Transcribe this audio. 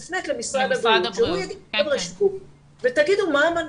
אני יושבת ושומעת ואת יודעת מה?